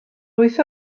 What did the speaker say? wyth